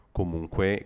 comunque